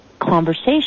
conversation